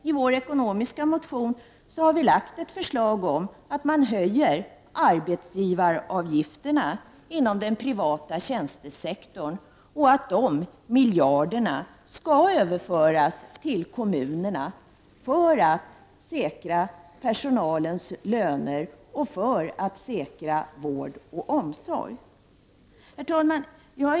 I vår ekonomiska motion har vi föreslagit att man höjer arbetsgivaravgifterna inom den privata tjänstesektorn och att dessa miljarder skall överföras till kommunerna för att säkra personalens löner och för att säkra vård och omsorg. Herr talman!